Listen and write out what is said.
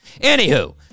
Anywho